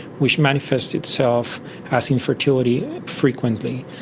which manifests itself as infertility frequently.